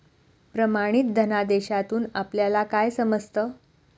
प्रमाणित धनादेशातून आपल्याला काय समजतं?